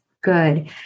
good